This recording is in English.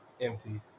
emptied